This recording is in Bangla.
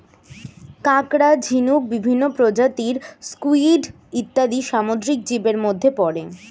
কাঁকড়া, ঝিনুক, বিভিন্ন প্রজাতির স্কুইড ইত্যাদি সামুদ্রিক জীবের মধ্যে পড়ে